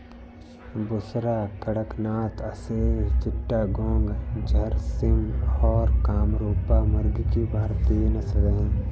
बुसरा, कड़कनाथ, असील चिट्टागोंग, झर्सिम और कामरूपा मुर्गी की भारतीय नस्लें हैं